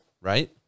right